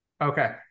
Okay